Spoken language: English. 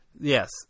yes